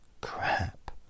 Crap